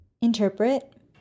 Interpret